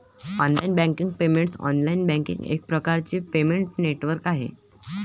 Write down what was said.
online banking payments online banking एक प्रकारचे payment network आहे